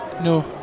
no